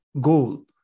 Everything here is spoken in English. goal